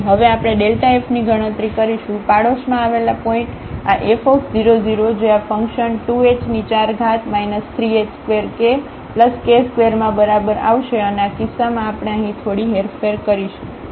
તેથી હવે આપણે આ fની ગણતરી કરીશું પાડોશમાં આવેલા પોઇન્ટ આ f 0 0 જે આ ફંકશન 2h4 3h2kk2 માં બરાબર આવશે અને આ કિસ્સામાં આપણે અહીં થોડી હેરફેર કરીશું